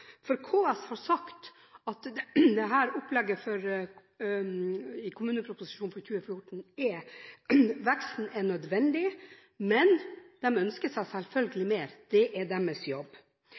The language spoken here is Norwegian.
om KS. For KS har sagt at opplegget i kommuneproposisjonen for 2014 og veksten er nødvendig. De ønsker seg selvfølgelig mer – det er deres jobb.